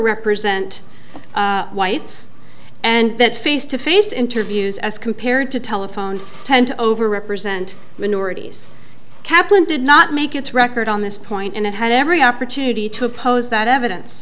represent whites and that face to face interviews as compared to telephone tend to over represent minorities kaplan did not make its record on this point and it had every opportunity to oppose that evidence